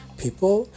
people